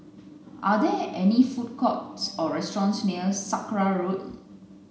are there any food courts or restaurants near Sakra Road